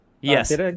Yes